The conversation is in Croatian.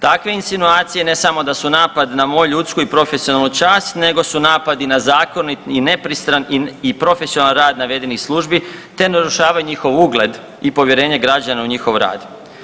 Takve insinuacije ne samo da su napad na moju ljudsku i profesionalnu čast, nego su napad i na zakonit, i nepristran i profesionalan rad navedenih službi te narušava njihov ugled i povjerenje građana u njihov rad.